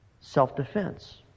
Self-defense